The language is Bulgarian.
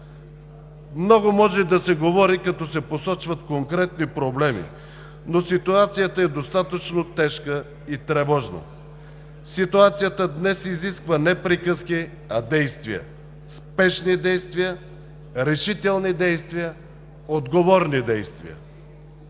Много може да се говори, като се посочват конкретни проблеми, но ситуацията е достатъчно тежка и тревожна. Ситуацията днес изисква не приказки, а действия – спешни действия, решителни действия, отговорни действия.